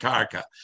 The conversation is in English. Karka